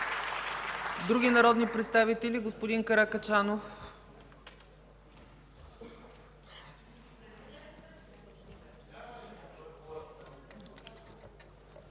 Други народни представители? Господин Каракачанов.